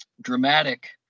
dramatic